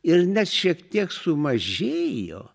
ir net šiek tiek sumažėjo